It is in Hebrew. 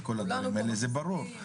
זה ברור.